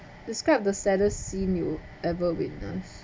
describe the saddest scene you ever witness